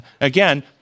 Again